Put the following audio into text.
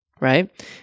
right